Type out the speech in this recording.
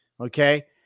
Okay